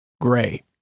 Gray